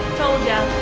told ya.